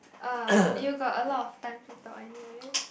ah you got a lot of time to talk anywhere